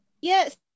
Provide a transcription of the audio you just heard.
yes